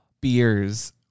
Beers